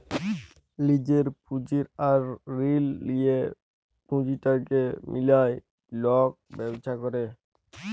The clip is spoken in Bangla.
লিজের পুঁজি আর ঋল লিঁয়ে পুঁজিটাকে মিলায় লক ব্যবছা ক্যরে